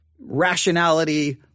rationality